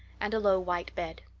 and a low white bed.